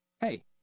Hey